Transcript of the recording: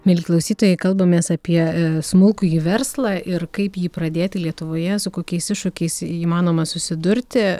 mieli klausytojai kalbamės apie smulkųjį verslą ir kaip jį pradėti lietuvoje su kokiais iššūkiais įmanoma susidurti